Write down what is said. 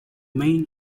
main